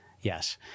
Yes